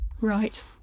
Right